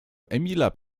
emila